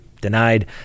denied